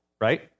right